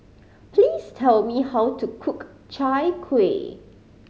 please tell me how to cook Chai Kueh